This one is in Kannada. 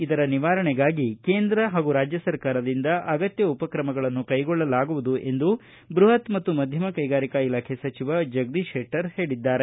ಇದರ ನಿವಾರಣೆಗಾಗಿ ಕೇಂದ್ರ ಹಾಗೂ ರಾಜ್ಯ ಸರ್ಕಾರದಿಂದ ಅಗತ್ಯ ಉಪಕ್ರಮಗಳನ್ನು ಕೈಗೊಳ್ಳಲಾಗುವುದು ಎಂದು ಬೃಹತ್ ಮತ್ತು ಮಧ್ಯಮ ಕೈಗಾರಿಕಾ ಇಲಾಖೆ ಸಚಿವ ಜಗದೀಶ್ ಶೆಟ್ಟರ್ ಹೇಳಿದ್ದಾರೆ